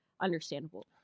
understandable